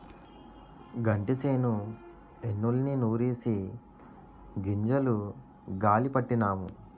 గంటిసేను ఎన్నుల్ని నూరిసి గింజలు గాలీ పట్టినాము